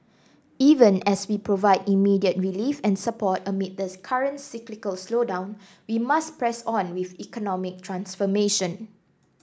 even as we provide immediate relief and support amid the current cyclical slowdown we must press on with economic transformation